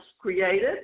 created